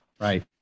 Right